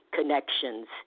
connections